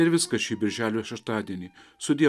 ir viskas šį birželio šeštadienį sudie